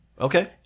Okay